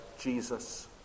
Jesus